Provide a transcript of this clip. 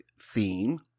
theme